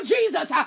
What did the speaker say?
Jesus